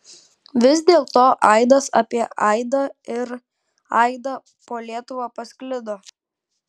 vis dėlto aidas apie aidą ir aidą po lietuvą pasklido